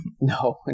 No